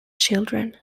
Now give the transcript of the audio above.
children